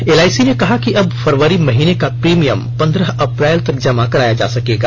L I C ने कहा कि अब फरवरी महीने का प्रीमियम पन्द्रह अप्रैल तक जमा कराया जा सकेगा